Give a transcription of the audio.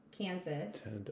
Kansas